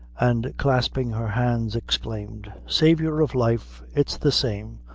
and, clasping her hands exclaimed saviour of life! it's the same!